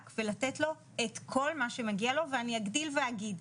ולתת לו את כל מה שמגיע לו ואני אגדיל ואגיד,